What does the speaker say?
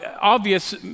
obvious